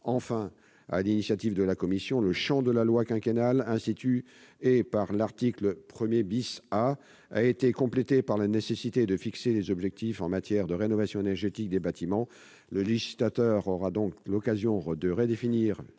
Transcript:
Enfin, sur l'initiative de la commission, le champ de la loi quinquennale instituée par l'article 1 A a été complété pour tenir compte de la nécessité de fixer des objectifs en matière de rénovation énergétique des bâtiments. Le législateur aura donc l'occasion de redéfinir